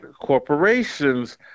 corporations